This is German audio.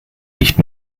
nicht